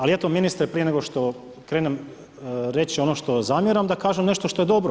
Ali eto ministre, prije nego što krenem reći ono što zamjeram, da kažem nešto što je dobro.